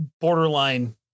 borderline